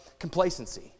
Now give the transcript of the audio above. Complacency